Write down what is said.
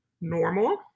normal